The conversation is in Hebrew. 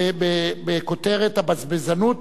בכותרת: הבזבזנות